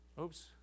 Oops